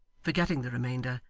forgetting the remainder,